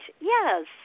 yes